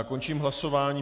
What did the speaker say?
Končím hlasování.